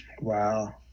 Wow